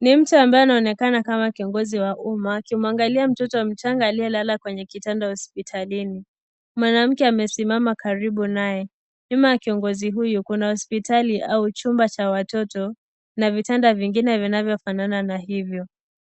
Ni mtu ambaye anaonekana kama kiongizi wa umma akimwangalia mtoto mchanga aliyelala kwenye kitanda hospitalini. Mwanamke amesimama karibu naye, nyuma ya kiongozi huyu kuna hospitali au chumba cha watoto, na vitanda vingine vinavyofanana na hivyo,